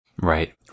Right